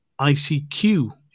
icq